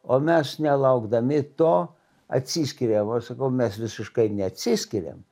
o mes nelaukdami to atsiskiriam o aš sakau mes visiškai neatsiskiriam